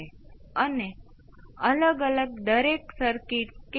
તેથી આ constant Vp ભાગ્યા 1 SC R થસે